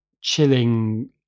chilling